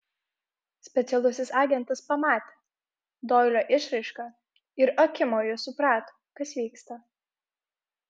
specialusis agentas pamatė doilio išraišką ir akimoju suprato kas vyksta